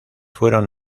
fueron